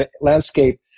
landscape